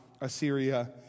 Assyria